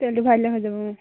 তেলটো ভৰাই দিলে হৈ যাব